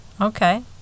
okay